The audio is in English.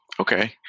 Okay